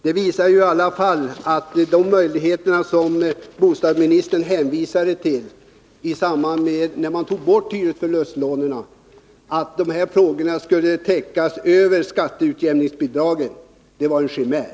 Det har i alla fall visat sig att den möjlighet som bostadsministern hänvisade till när man tog bort hyresförlustlånen, dvs. att dessa kostnader skulle täckas genom skatteutjämningsbidrag, var en chimär.